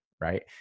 Right